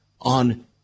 on